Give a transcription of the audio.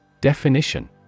Definition